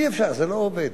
אי-אפשר, זה לא עובד.